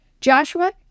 Joshua